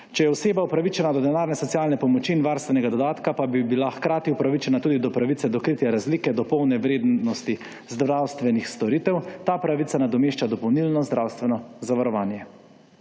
Če je oseba upravičena do denarne socialne pomoči in varstvenega dodatka, pa bi bila hkrati upravičena tudi do pravice do kritja razlike do polne vrednosti zdravstvenih storitev, ta pravica nadomešča dopolnilno zdravstveno zavarovanje.